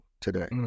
today